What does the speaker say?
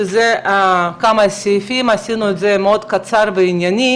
שזה כמה סעיפים, עשינו את זה מאוד קצר וענייני,